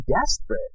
desperate